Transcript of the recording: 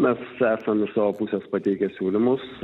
mes esam iš savo pusės pateikę siūlymus